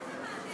מה זה,